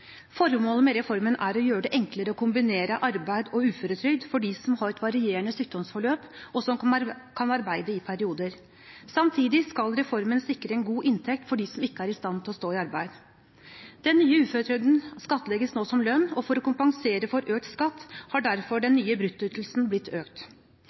Formålet med reformen er å gjøre det enklere å kombinere arbeid og uføretrygd for dem som har et varierende sykdomsforløp, og som kan arbeide i perioder. Samtidig skal reformen sikre en god inntekt for dem som ikke er i stand til å stå i arbeid. Den nye uføretrygden skattlegges nå som lønn, og for å kompensere for økt skatt har den nye bruttoytelsen blitt økt.